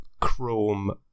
chrome